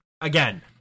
again